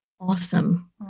awesome